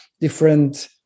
different